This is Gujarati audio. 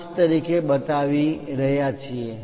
5 તરીકે બતાવી રહ્યા છીએ